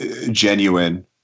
genuine